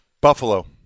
Buffalo